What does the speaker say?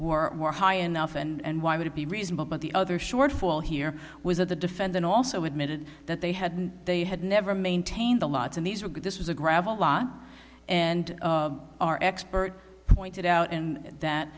were more high enough and why would it be reasonable but the other shortfall here was that the defendant also admitted that they had they had never maintained the lots of these were but this was a gravel lot and our expert pointed out and that